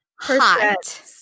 hot